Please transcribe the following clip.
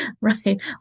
Right